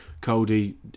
Cody